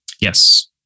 Yes